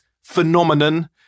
phenomenon